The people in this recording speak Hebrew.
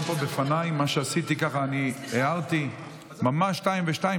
טוב שעשית מעשה והתנצלת ואמרת בלב שלם שאתה יודע שהדבר לא היה ראוי.